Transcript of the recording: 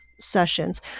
sessions